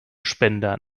spender